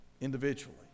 individually